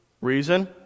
reason